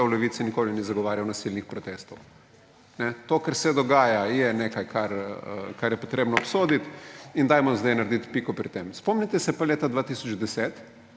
v Levici nikoli ni zagovarjal nasilnih protestov. To, kar se dogaja, je nekaj, kar je treba obsoditi; in dajmo sedaj narediti piko pri tem. Spomnite se pa leta 2010,